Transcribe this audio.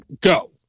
Go